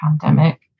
pandemic